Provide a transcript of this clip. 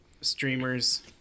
streamers